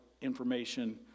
information